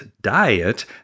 diet